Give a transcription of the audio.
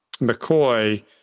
McCoy